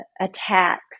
attacks